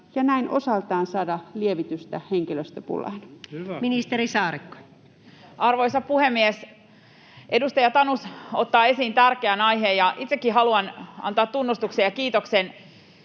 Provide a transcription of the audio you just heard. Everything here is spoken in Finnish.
ja näin osaltaan saada lievitystä henkilöstöpulaan? Ministeri Saarikko. Arvoisa puhemies! Edustaja Tanus ottaa esiin tärkeän aiheen, ja itsekin haluan antaa tunnustuksen ja kiitoksen